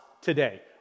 today